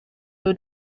who